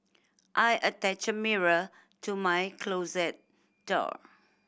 I attached a mirror to my closet door